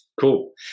Cool